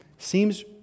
Seems